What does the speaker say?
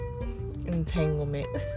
entanglement